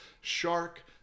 shark